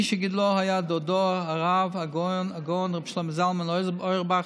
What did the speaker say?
מי שגידלו היה דודו הרב הגאון רב שלמה זלמן אוירבך,